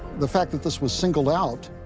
the fact that this was singled out,